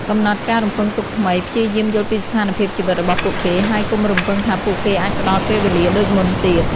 កំណត់ការរំពឹងទុកថ្មី ព្យាយាមយល់ពីស្ថានភាពជីវិតរបស់ពួកគេ ហើយកុំរំពឹងថាពួកគេអាចផ្តល់ពេលវេលាដូចមុនទៀត។